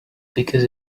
because